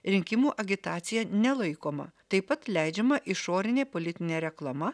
rinkimų agitacija nelaikoma taip pat leidžiama išorinė politinė reklama